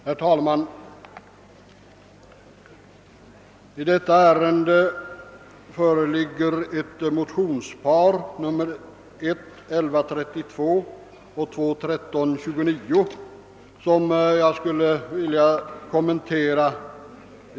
Herr talman! I detta ärende har väckts två likalydande motioner, I: 1132 och II: 1329, som jag här i all korthet vill kommentera.